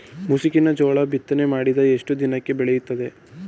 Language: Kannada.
ಮುಸುಕಿನ ಜೋಳ ಬಿತ್ತನೆ ಮಾಡಿದ ಎಷ್ಟು ದಿನಕ್ಕೆ ಬೆಳೆಯುತ್ತದೆ?